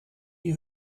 die